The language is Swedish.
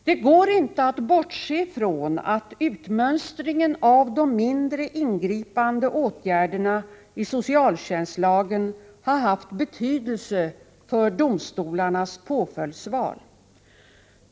Det går inte att bortse från att utmönstringen av de mindre ingripande åtgärderna i socialtjänstlagen har haft betydelse för domstolarnas påföljdsval.